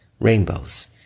rainbows